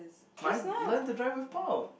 why learn to drive with Paul